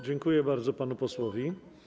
Dziękuję bardzo panu posłowi.